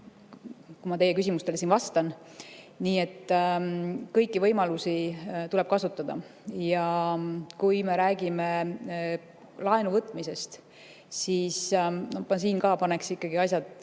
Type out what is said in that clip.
siin teie küsimustele vastan. Nii et kõiki võimalusi tuleb kasutada. Kui me räägime laenu võtmisest, siis siin ka paneks ikkagi asjad